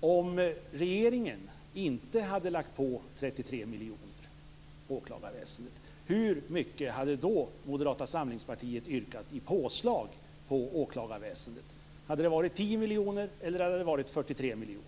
Om regeringen inte hade lagt på 33 miljoner till åklagarväsendet, hur mycket hade då Moderata samlingspartiet yrkat i påslag till åklagarväsendet? Hade det varit 10 miljoner eller hade det varit 43 miljoner?